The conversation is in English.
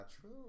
true